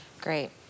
Great